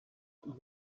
events